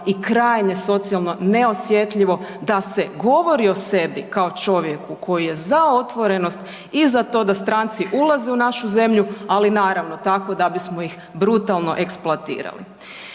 i krajnje socijalno neosjetljivo da se govori o sebi kao čovjeku koji je za otvorenost i za to da stranci ulaze u našu zemlju, ali naravno, tako da bismo ih brutalno eksploatirali.